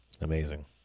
amazing